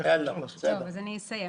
אני אסיים.